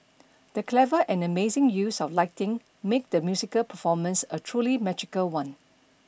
the clever and amazing use of lighting made the musical performance a truly magical one